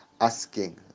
asking